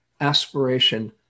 aspiration